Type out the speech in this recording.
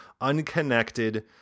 unconnected